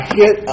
hit